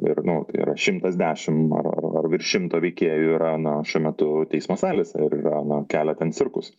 ir nu tai yra šimtas dešim ar ar ar virš šimto veikėjų yra na šiuo metu teismo salėse ir yra kelia ten cirkus